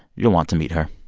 you'll want to meet her